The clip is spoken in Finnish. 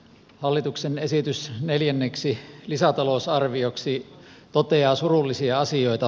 hallituksen esitys neljänneksi lisätalousarvioksi toteaa surullisia asioita